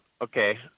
okay